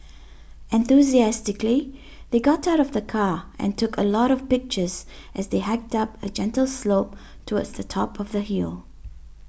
enthusiastically they got out of the car and took a lot of pictures as they hiked up a gentle slope towards the top of the hill